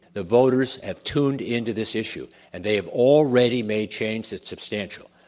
the voters have tuned in to this issue, and they have already made change that's substantial.